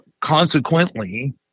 consequently